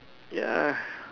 ya